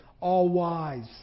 all-wise